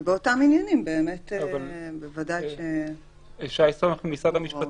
ובאותם עניינים בוודאי שיינתנו הוראות.